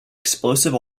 explosive